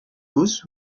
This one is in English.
goes